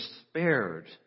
spared